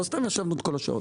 לא סתם ישבנו את כל השעות האלה.